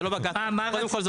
קודם כל,